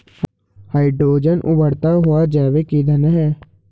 hydrogen उबरता हुआ जैविक ईंधन है